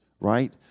Right